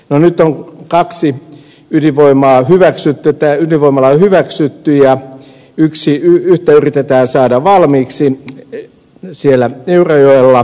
no nyt on kaksi ydinvoimalaa hyväksytty ja yhtä yritetään saada valmiiksi siellä eurajoella